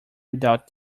without